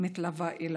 מתלווה אליו,